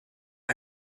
肌肉